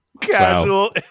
Casual